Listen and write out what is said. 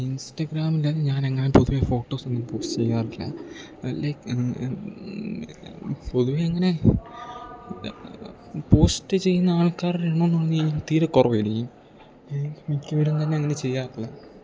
ഇൻസ്റ്റഗ്രാമിൽ ഞാൻ അങ്ങനെ പൊതുവെ ഫോട്ടോസൊന്നും പോസ്റ്റ് ചെയ്യാറില്ല ലൈക്ക് പൊതുവെ അങ്ങനെ പോസ്റ്റ് ചെയ്യുന്ന ആൾക്കാരുടെ എണ്ണം എന്ന് പറഞ്ഞീ തീരെ കുറവായിരിക്കും മിക്കവരും തന്നെ അങ്ങനെ ചെയ്യാറില്ല